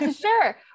Sure